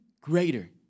greater